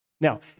Now